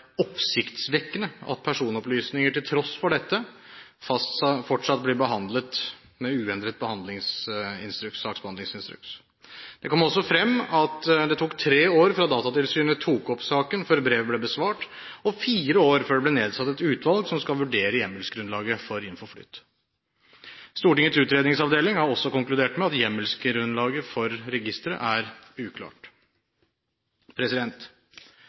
oppsiktsvekkende at personopplysninger til tross for dette fortsatt blir behandlet med uendret saksbehandlingsinstruks. Det kom også frem at det tok tre år fra Datatilsynet tok opp saken, til brevet ble besvart, og fire år til det ble nedsatt et utvalg som skal vurdere hjemmelsgrunnlaget for INFOFLYT. Stortingets utredningsseksjon har også konkludert med at hjemmelsgrunnlaget for registeret er uklart.